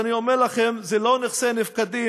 אז אני אומר לכם: זה לא נכסי נפקדים,